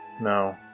No